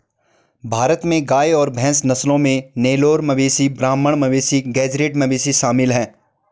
भारत में गाय और भैंस नस्लों में नेलोर मवेशी ब्राह्मण मवेशी गेज़रैट मवेशी शामिल है